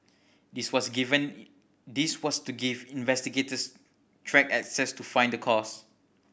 this was to given this was to give investigators track access to find the cause